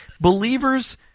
believers